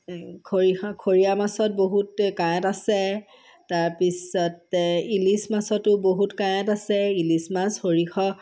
খৰিয়া মাছত বহুত কাঁইট আছে তাৰপিছতে ইলিচ মাছতো বহুত কাঁইট আছে ইলিচ মাছ সৰিয়হ